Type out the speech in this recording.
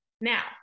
Now